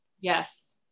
Yes